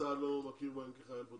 צה"ל לא מכיר בהם כחיילים בודדים.